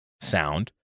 sound